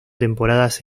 temporadas